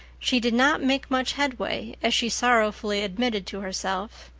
she did not make much headway, as she sorrowfully admitted to herself.